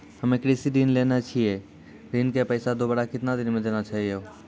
हम्मे कृषि ऋण लेने छी ऋण के पैसा दोबारा कितना दिन मे देना छै यो?